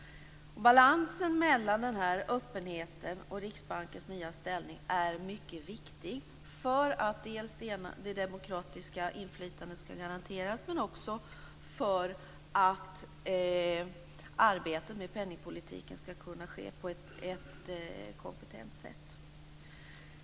Balansen mellan denna öppenhet och Riksbankens nya ställning är mycket viktig för att det demokratiska inflytandet skall garanteras, men också för att arbetet med penningpolitiken skall kunna ske på ett kompetent sätt.